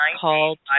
called